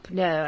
no